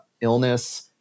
illness